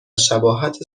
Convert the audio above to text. شباهت